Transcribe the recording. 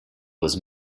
was